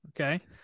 okay